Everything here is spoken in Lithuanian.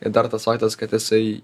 ir dar tas faktas kad jisai